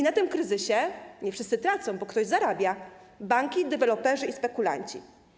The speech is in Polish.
Na tym kryzysie nie wszyscy tracą, bo ktoś zarabia - banki, deweloperzy i spekulanci.